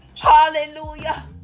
Hallelujah